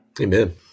Amen